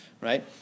right